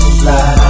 fly